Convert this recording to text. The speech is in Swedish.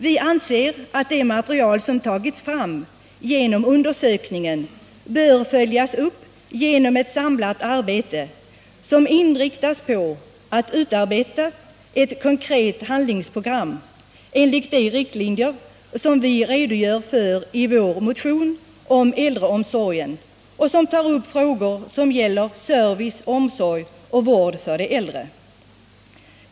Vi anser att det material som tagits fram genom undersökningen bör följas upp genom ett samlat arbete, som inriktas på utarbetandet av ett konkret handlingsprogram enligt de riktlinjer som vi redogör för i vår motion om äldreomsorgen och som tar upp frågor som gäller service, omsorg och vård för de äldre.